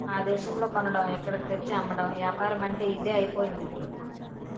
ఆ దేశంలో కొనడం ఇక్కడకు తెచ్చి అమ్మడం ఏపారమంటే ఇదే అయిపోయిందిప్పుడు